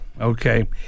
okay